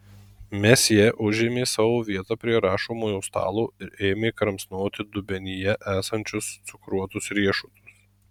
mesjė užėmė savo vietą prie rašomojo stalo ir ėmė kramsnoti dubenyje esančius cukruotus riešutus